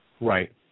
Right